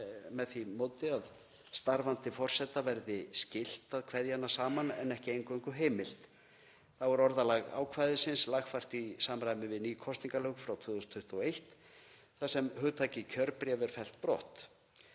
með því móti að starfandi forseta verði skylt að kveðja hana saman en ekki eingöngu heimilt. Þá er orðalag ákvæðisins lagfært í samræmi við ný kosningalög frá 2021 þar sem hugtakið kjörbréf er fellt brott.